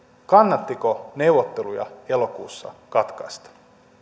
kannattiko neuvotteluja elokuussa katkaista